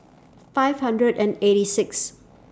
five hundred and eighty Sixth